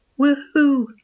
Woohoo